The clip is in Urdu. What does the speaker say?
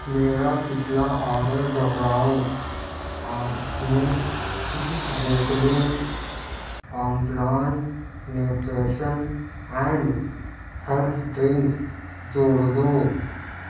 میرا پچھلا آرڈر دوہراؤ اور اس میں تیس بوتلیں Complan nutrition and health drink جوڑ دو